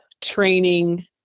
training